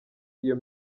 iyo